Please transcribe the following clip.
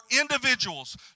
individuals